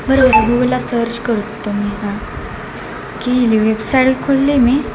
बरं बरं गुगलला सर्च करतो मी हा केली वेबसाईड खोलली आहे मी